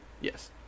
Yes